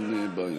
אין בעיה.